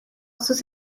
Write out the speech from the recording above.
sus